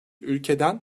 ülkeden